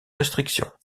restrictions